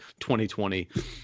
2020